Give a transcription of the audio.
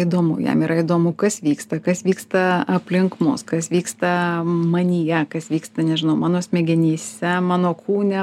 įdomu jam yra įdomu kas vyksta kas vyksta aplink mus kas vyksta manyje kas vyksta nežinau mano smegenyse mano kūne